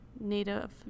native